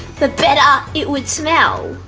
the better it would smell.